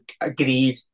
agreed